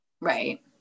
Right